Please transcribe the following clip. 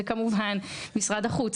משרד החוץ.